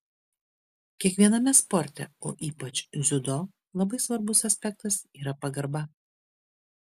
kiekviename sporte o ypač dziudo labai svarbus aspektas yra pagarba